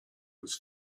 was